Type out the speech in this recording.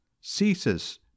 ceases